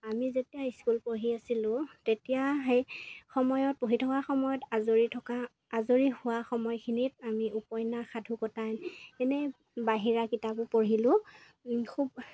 আমি যেতিয়া স্কুল পঢ়ি আছিলোঁ তেতিয়া সেই সময়ত পঢ়ি থকা সময়ত আজৰি থকা আজৰি হোৱা সময়খিনিত আমি উপন্যাস সাধুকথা এনেই বাহিৰা কিতাপো পঢ়িলোঁ খুব